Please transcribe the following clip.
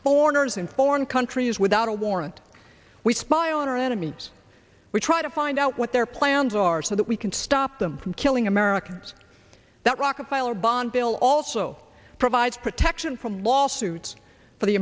foreigners in foreign countries without a warrant we spy on our enemies we try to find out what their plans are so that we can stop them from killing americans that rockefeller banville also provides protection from lawsuits